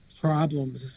problems